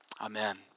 amen